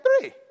three